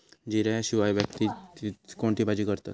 जिऱ्या शिवाय क्वचितच कोणती भाजी करतत